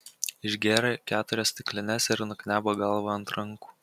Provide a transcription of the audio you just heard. išgėrė keturias stiklines ir nuknebo galva ant rankų